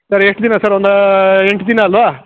sir ಎಷ್ಟು ದಿನ sir ಒಂದು ಎಂಟು ದಿನ ಅಲ್ವಾ